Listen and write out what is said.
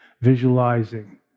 visualizing